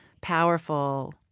powerful